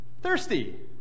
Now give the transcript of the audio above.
thirsty